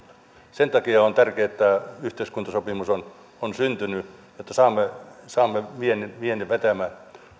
sen takia on tärkeää että yhteiskuntasopimus on on syntynyt jotta saamme viennin viennin vetämään